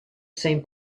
same